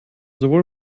sowohl